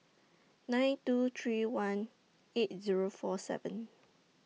nine two three one eight Zero four seven